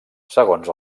segons